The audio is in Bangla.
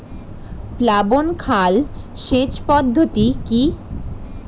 প্লাবন খাল সেচ পদ্ধতি কি?